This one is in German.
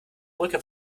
brücke